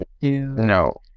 No